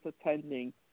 attending